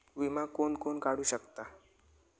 विमा कोण कोण काढू शकता?